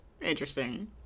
interesting